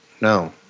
No